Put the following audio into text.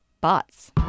bots